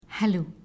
Hello